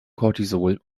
cortisol